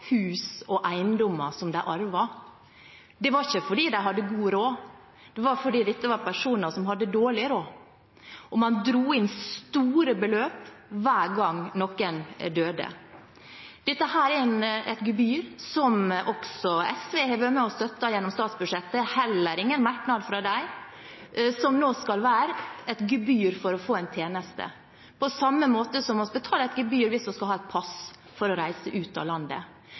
hus og eiendommer som de arvet. Det var ikke fordi de hadde god råd; det var fordi dette var personer som hadde dårlig råd. Man dro inn store beløp hver gang noen døde. Dette er et gebyr som også SV har vært med og støttet gjennom statsbudsjettet – heller ingen merknad fra dem – som nå skal være et gebyr for å få en tjeneste, på samme måte som vi betaler et gebyr hvis vi skal ha et pass for å reise ut av landet.